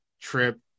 trip